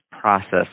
process